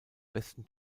besten